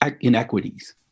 inequities